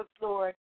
Lord